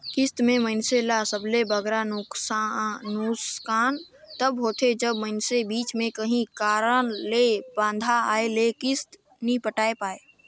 किस्त में मइनसे ल सबले बगरा नोसकान तब होथे जब मइनसे बीच में काहीं कारन ले बांधा आए ले किस्त नी पटाए पाए